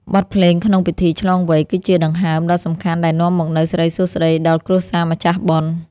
បទភ្លេងក្នុងពិធីឆ្លងវ័យ គឺជាដង្ហើមដ៏សំខាន់ដែលនាំមកនូវសិរីសួស្ដីដល់គ្រួសារម្ចាស់បុណ្យ។